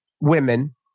women